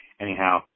Anyhow